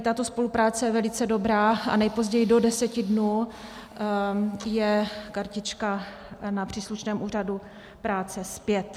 Tato spolupráce je velice dobrá a nejpozději do 10 dnů je kartička na příslušném úřadu práce zpět.